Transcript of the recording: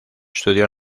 estudió